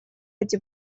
эти